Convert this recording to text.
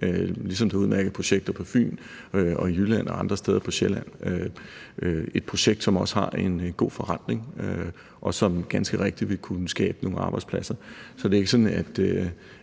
ligesom der er udmærkede projekter på Fyn og i Jylland og forskellige steder på Sjælland. Det er et projekt, som også har en god forrentning, og som ganske rigtigt vil kunne skabe nogle arbejdspladser. Så det er ikke sådan,